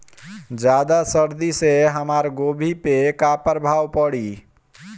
ज्यादा सर्दी से हमार गोभी पे का प्रभाव पड़ी?